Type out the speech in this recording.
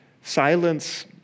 silence